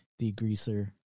degreaser